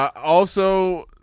also